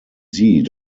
sie